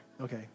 okay